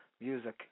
Music